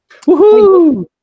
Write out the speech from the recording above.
Woohoo